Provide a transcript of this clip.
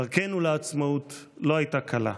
דרכנו לעצמאות לא הייתה קלה.